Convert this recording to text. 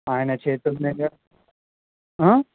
ఆయన చేతుల మీద